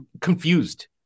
confused